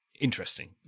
interesting